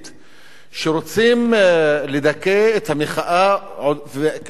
שרוצים לדכא את המחאה בעודה באבה,